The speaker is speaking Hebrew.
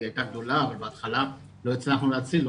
היא הייתה גדולה ובהתחלה לא הצלחנו להציל לא